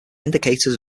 indicators